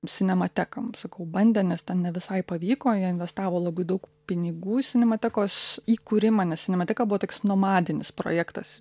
sinemateką sakau bandė nes ten ne visai pavyko jie investavo labai daug pinigų į sinematekos įkūrimą nes sinemateka buvo toks nomadinis projektas